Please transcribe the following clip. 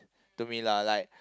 to me lah like